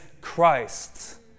Christ